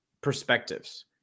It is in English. perspectives